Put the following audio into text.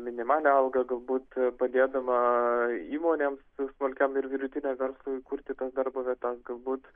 minimalią algą galbūt padėdama įmonėms smulkiam ir vidutiniam verslui kurti tas darbo vietas galbūt